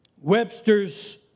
Webster's